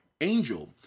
angel